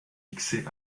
fixé